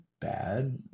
bad